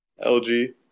LG